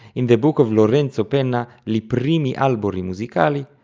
in the book of lorenzo penna li primi albori musicali,